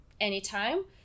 anytime